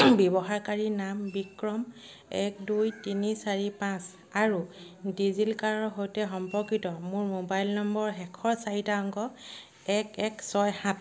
ব্যৱহাৰকাৰীনাম বিক্ৰম এক দুই তিনি চাৰি পাঁচ আৰু ডিজিলকাৰৰ সৈতে সম্পৰ্কিত মোৰ মোবাইল নম্বৰৰ শেষৰ চাৰিটা অংক এক এক ছয় সাত